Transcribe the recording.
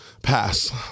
pass